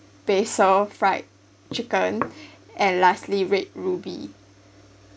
basil fried chicken and lastly red ruby